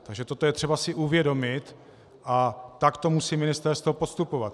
Takže toto je třeba si uvědomit a takto musí ministerstvo postupovat.